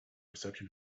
reception